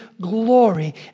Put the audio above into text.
glory